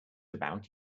about